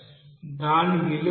దాని విలువ ఏమిటి